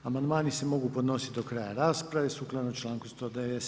Amandmani se mogu podnositi do kraja rasprave sukladno članku 197.